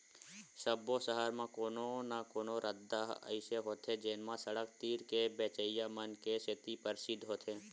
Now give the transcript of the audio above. सब्बो सहर म कोनो न कोनो रद्दा ह अइसे होथे जेन म सड़क तीर के बेचइया मन के सेती परसिद्ध होथे